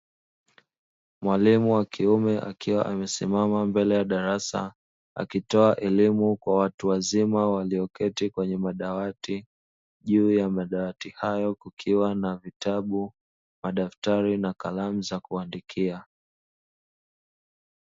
Mwalimu wa kiume akiwa amesimama mbele ya darasa akitoa elimu kwa watu wazima walioketi kwenye madawati juu ya madawati hayo kukiwa na vitabu, madaftari na kalamu za kuandikia.